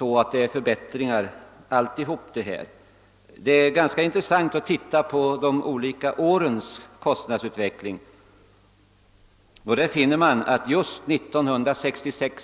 bara gått till förbättringar. Det är ganska intressant att se på kostnadsutvecklingen under de olika åren.